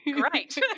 great